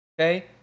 okay